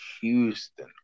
Houston